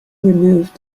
removed